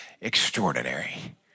Extraordinary